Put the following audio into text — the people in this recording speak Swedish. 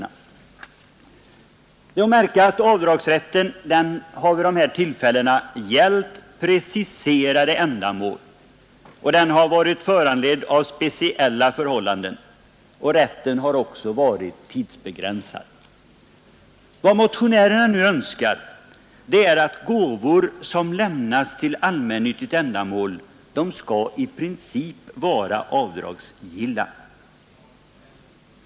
Det är emellertid att märka att avdragsrätten vid dessa tillfällen har gällt preciserade ändamål och varit föranledd av speciella förhållanden. Rätten har också varit tidsbegränsad. Vad motionärerna nu önskar är att gåvor till ett allmännyttigt ändamål i princip skall vara avdragsgilla.